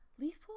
Leafpool